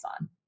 on